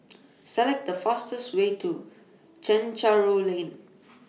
Select The fastest Way to Chencharu Lane